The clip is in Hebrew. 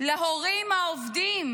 למעונות להורים העובדים